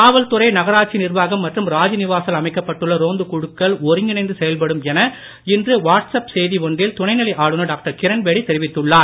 காவல்துறை நகராட்சி நிர்வாகம் மற்றும் ராஜ்நிவாசால் அமைக்கப்பட்டுள்ள ரோந்து குழுக்கள் ஒருங்கிணைந்து செயல்படும் என இன்று வாட்ஸ்அப் செய்தி ஒன்றில் துணைநிலை ஆளுநர் டாக்டர் கிரண்பேடி தெரிவித்துள்ளார்